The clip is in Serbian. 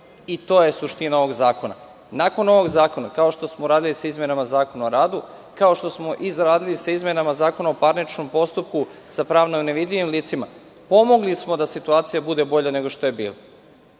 To je suština ovog zakona. Nakon ovog zakona, kao što smo uradili sa izmenama Zakona o radu, kao što smo uradili i sa izmenama Zakona o parničnom postupku sa pravno nevidljivim licima, pomogli smo da situacija bude bolja nego što je bila